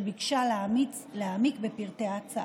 שביקשה להעמיק בפרטי ההצעה.